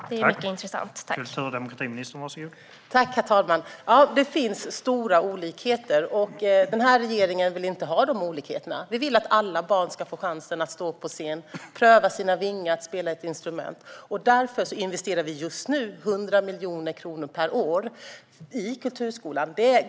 Det är ju mycket intressant.